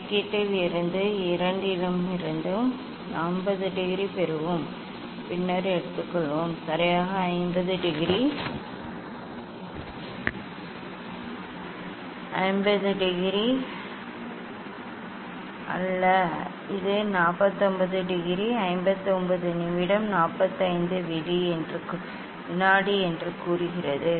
கணக்கீட்டில் இருந்து இரண்டிலிருந்தும் 50 டிகிரி பெறுவோம் பின்னர் எடுத்துக்கொள்வோம் சரியாக 50 டிகிரி அல்ல இது 49 டிகிரி 59 நிமிடம் 45 வினாடி என்று கூறுகிறது